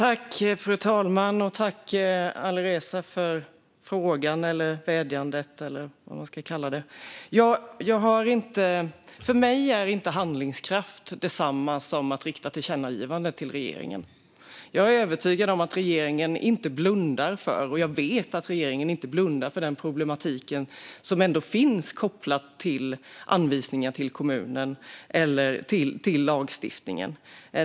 Fru talman! Tack, Alireza, för frågan, vädjandet eller vad man nu ska kalla det! För mig är inte handlingskraft detsamma som att rikta ett tillkännagivande till regeringen. Jag är övertygad om - och jag vet - att regeringen inte blundar för den problematik som finns med koppling till anvisningar till kommuner eller lagstiftningen.